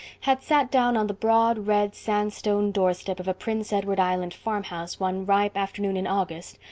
had sat down on the broad red sandstone doorstep of a prince edward island farmhouse one ripe afternoon in august,